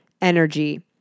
Energy